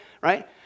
right